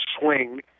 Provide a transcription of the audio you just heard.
swing